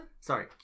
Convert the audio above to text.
Sorry